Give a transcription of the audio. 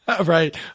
Right